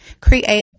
create